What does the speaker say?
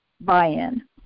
buy-in